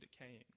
decaying